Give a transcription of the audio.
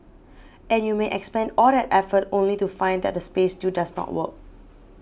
and you may expend all that effort only to find that the space still does not work